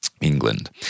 England